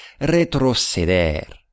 Retroceder